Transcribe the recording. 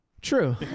True